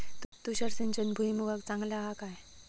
तुषार सिंचन भुईमुगाक चांगला हा काय?